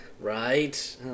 Right